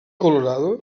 colorado